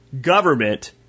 government